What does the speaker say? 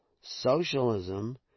Socialism